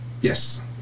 yes